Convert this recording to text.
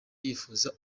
yifuza